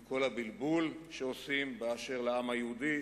עם כל הבלבול שעושים בקשר לעם היהודי,